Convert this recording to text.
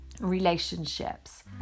relationships